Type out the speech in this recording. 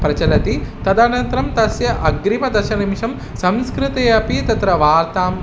प्रचलति तदनन्तरं तस्य अग्रिमं दशनिमिषं संस्कृते अपि तत्र वार्ताम्